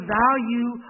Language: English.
value